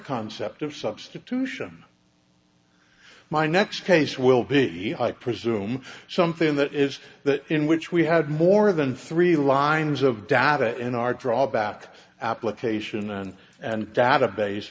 concept of substitution my next case will be i presume something that is that in which we had more than three lines of data in our drawback application and and database